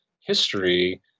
history